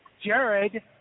Jared